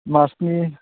मार्चनि